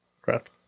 Correct